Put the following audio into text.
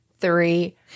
three